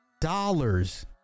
dollars